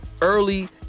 early